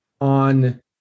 on